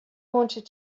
wanted